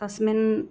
तस्मिन्